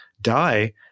die